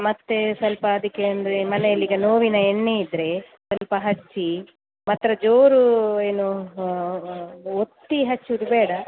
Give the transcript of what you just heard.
ಮತ್ತು ಸ್ವಲ್ಪ ಅದಕ್ಕೆ ಅಂದರೆ ಮನೆಯಲ್ಲಿ ಈಗ ನೋವಿನ ಎಣ್ಣೆ ಇದ್ದರೆ ಸ್ವಲ್ಪ ಹಚ್ಚಿ ಮಾತ್ರ ಜೋರು ಏನು ಒತ್ತಿ ಹಚ್ಚುವುದು ಬೇಡ